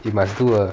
you must do a